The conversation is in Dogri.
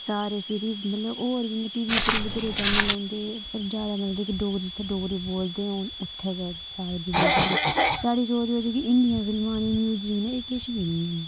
मतलब कि डोगरी जित्थै बोलदे होन उत्थै गै ज्यादा दिखदे दुखदे साढ़े इन्नियां फिल्मां आनी न्यूज दिखदे एह् किश बी नी ऐ